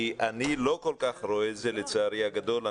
אני לא כל כך רואה את זה, לצערי הגדול.